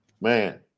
Man